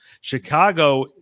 Chicago